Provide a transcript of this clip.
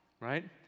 right